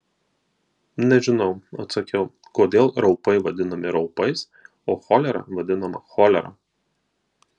nežinau atsakiau kodėl raupai vadinami raupais o cholera vadinama cholera